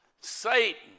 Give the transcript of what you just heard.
Satan